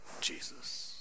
Jesus